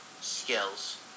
skills